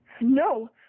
No